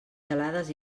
gelades